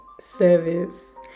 service